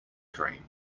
cream